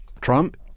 Trump